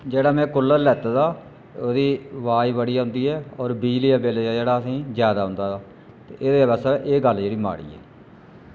जेह्ड़ा में कुलर लैते दा ओह्दी आवाज बड़ी औंदी ऐ होर बिजली दा बेल जेह्ड़ा जैदा औंदा ते एह् गल्ल जेह्ड़ी माड़ी ऐ